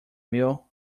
meal